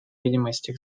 видимости